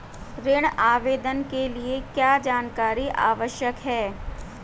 ऋण आवेदन के लिए क्या जानकारी आवश्यक है?